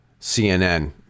cnn